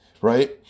Right